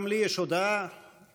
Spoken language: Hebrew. גם לי יש הודעה לאזרחים.